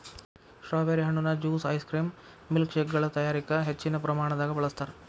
strawberry ಹಣ್ಣುನ juice ice cream ಮಿಲ್ಕ್ಶೇಕಗಳ ತಯಾರಿಕ ಹೆಚ್ಚಿನ ಪ್ರಮಾಣದಾಗ ಬಳಸ್ತಾರ್